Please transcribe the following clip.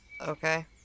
okay